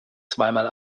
zweimal